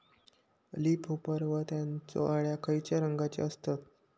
Leaf hopper व त्यानचो अळ्या खैचे रंगाचे असतत?